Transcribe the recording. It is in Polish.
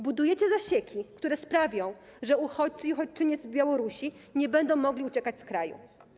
Budujecie zasieki, które sprawią, że uchodźcy i uchodźczynie z Białorusi nie będą mogli uciekać z kraju.